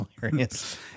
hilarious